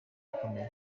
ibikomere